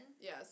yes